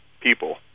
people